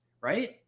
right